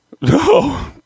no